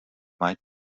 might